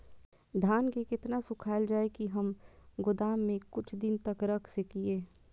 धान के केतना सुखायल जाय की हम गोदाम में कुछ दिन तक रख सकिए?